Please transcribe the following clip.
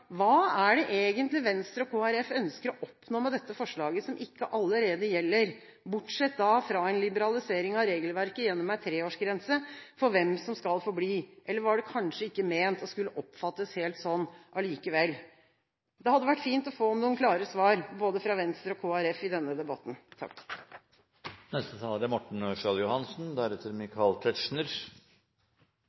Hva er det egentlig Venstre og Kristelig Folkeparti ønsker å oppnå med dette forslaget som ikke allerede gjelder, bortsett da fra en liberalisering av regelverket gjennom en treårsgrense for hvem som skal få bli? Eller var det kanskje ikke ment å skulle oppfattes helt slik allikevel? Det hadde vært fint å få noen klare svar, både fra Venstre og fra Kristelig Folkeparti i denne debatten.